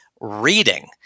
reading